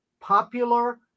popular